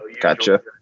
gotcha